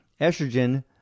estrogen